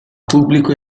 pubblico